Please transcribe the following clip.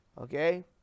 okay